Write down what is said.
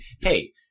hey